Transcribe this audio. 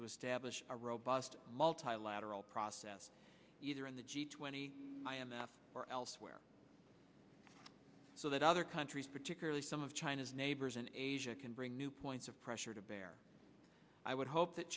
to establish a robust multilateral process either in the g twenty i m f or elsewhere so that other countries particularly some of china's neighbors in asia can bring new points of pressure to bear i would hope that